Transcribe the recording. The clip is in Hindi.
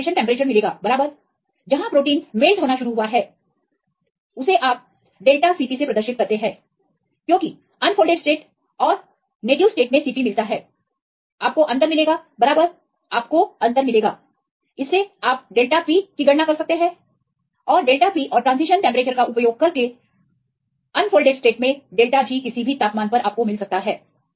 आपको ट्रांजिशन टेंपरेचर मिलेगा बराबर जहां प्रोटीन पिघलना शुरू हुआ है और आपके पास △Cp है क्योंकि अनफोल्डेड स्टेटऔर नेटिव स्टेट में Cp मिलता है और आपको अंतर मिलेगा बराबरआपको अंतर मिलेगा इससे आपको डेल्टा Cpमिलेगा △Cp और ट्रांजिशन टेंपरेचरका उपयोग करके अनफोल्डेड △G किसी भी तापमान पर मिल जाएगा